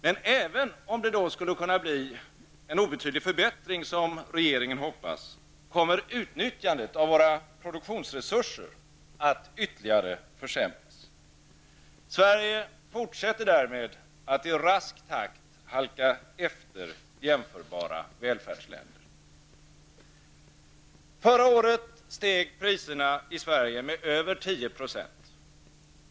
Men även om det skulle kunna bli en obetydlig förbättring, som regeringen hoppas, kommer utnyttjandet av våra produktionsresurser att ytterligare försämras. Sverige fortsätter därmed att i rask takt halka efter jämförbara välfärdsländer. Förra året steg priserna i Sverige med över 10 %.